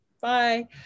Bye